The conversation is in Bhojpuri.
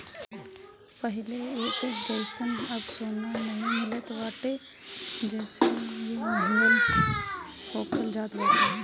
पहिले कअ जइसन अब सोना नाइ मिलत बाटे जेसे इ महंग होखल जात बाटे